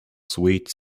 sweet